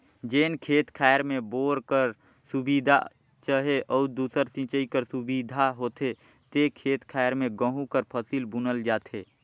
जेन खेत खाएर में बोर कर सुबिधा चहे अउ दूसर सिंचई कर सुबिधा होथे ते खेत खाएर में गहूँ कर फसिल बुनल जाथे